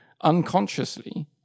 unconsciously